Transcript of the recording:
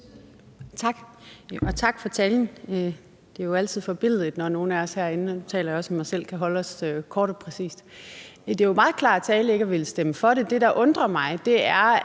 Tak for talen. Det er jo altid forbilledligt, når nogen af os herinde, og nu taler jeg også for mig selv, kan forholde os til tingene kort og præcist. Det er meget klart tale ikke at ville stemme for det. Det, der undrer mig,